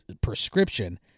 prescription